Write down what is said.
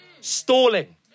Stalling